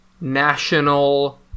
national